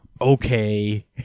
okay